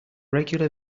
regular